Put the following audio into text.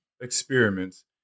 experiments